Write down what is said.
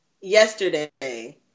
yesterday